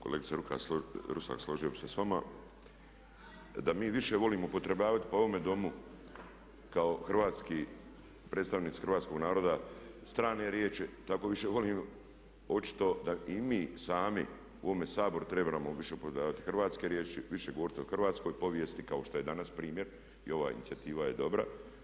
Kolegice Rusak složio bih se s vama da mi više volimo …/Govornik se ne razumije. po ovome Domu kao hrvatski, predstavnici hrvatskog naroda strane riječi, tako više volim očito da i mi sami u ovom Saboru trebamo više upotrebljavati hrvatske riječi, više govoriti o hrvatskoj povijesti kao što je danas primjer i ova inicijativa je dobra.